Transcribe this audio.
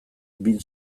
bin